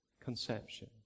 conception